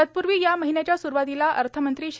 तत्पूर्वी या महिन्याच्या सुरुवातीला अर्थमंत्री श्री